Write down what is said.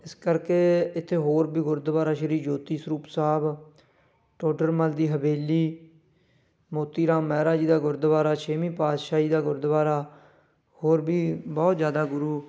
ਇਸ ਕਰਕੇ ਇੱਥੇ ਹੋਰ ਵੀ ਗੁਰਦੁਆਰਾ ਸ਼੍ਰੀ ਜੋਤੀ ਸਰੂਪ ਸਾਹਿਬ ਟੋਡਰ ਮੱਲ ਦੀ ਹਵੇਲੀ ਮੋਤੀ ਰਾਮ ਮਹਿਰਾ ਜੀ ਦਾ ਗੁਰਦੁਆਰਾ ਛੇਵੀਂ ਪਾਤਸ਼ਾਹੀ ਦਾ ਗੁਰਦੁਆਰਾ ਹੋਰ ਵੀ ਬਹੁਤ ਜ਼ਿਆਦਾ ਗੁਰੂ